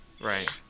Right